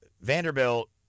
Vanderbilt